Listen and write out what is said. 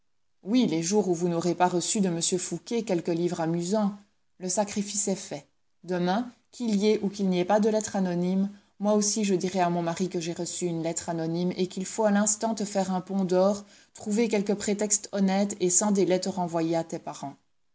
oui les jours où vous n'aurez pas reçu de m fouqué quelque livre amusant le sacrifice est fait demain qu'il y ait ou qu'il n'y ait pas de lettre anonyme moi aussi je dirai à mon mari que j'ai reçu une lettre anonyme et qu'il faut à l'instant te faire un pont d'or trouver quelque prétexte honnête et sans délai te renvoyer à tes parents